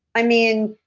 i mean,